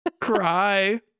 cry